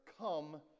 come